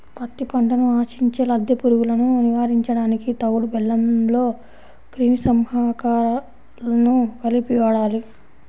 పత్తి పంటను ఆశించే లద్దె పురుగులను నివారించడానికి తవుడు బెల్లంలో క్రిమి సంహారకాలను కలిపి వాడాలి